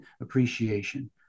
appreciation